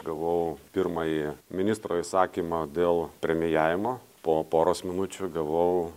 gavau pirmąjį ministro įsakymą dėl premijavimo po poros minučių gavau